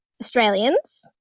Australians